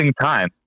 time